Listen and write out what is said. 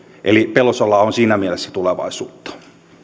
eli pelsolla on siinä mielessä tulevaisuutta